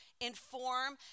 inform